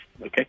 Okay